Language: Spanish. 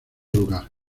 lugar